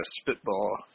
spitball